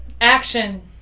Action